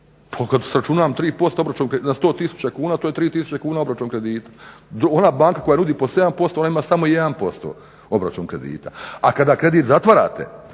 kada sračunam obračun na 100 tisuća kuna to je 3 tisuće kuna obračun kredita. Ona banka koja nudi po 7% ona ima samo 1% kredita. A kada kredit zatvarate